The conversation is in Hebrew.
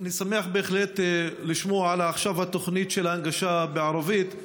אני שמח בהחלט לשמוע עכשיו על תוכנית ההנגשה בערבית.